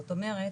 זאת אומרת